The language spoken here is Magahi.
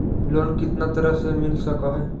लोन कितना तरह से मिल सक है?